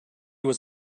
was